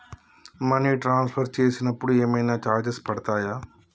Money transfer చేసినప్పుడు ఏమైనా charges పడతయా?